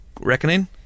reckoning